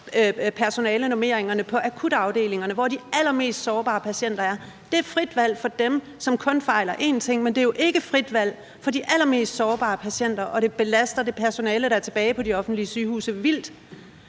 personalenormeringerne på akutafdelingerne, hvor de allermest sårbare patienter er. Det er frit valg for dem, som kun fejler én ting, men det er jo ikke frit valg for de allermest sårbare patienter, og det belaster det personale, der er tilbage på de offentlige sygehuse, vildt.